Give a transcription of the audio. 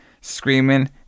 screaming